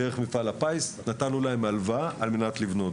דרך מפעל הפיס נתנו להם הלוואה על מנת לבנות.